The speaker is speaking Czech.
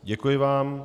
Děkuji vám.